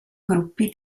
gruppi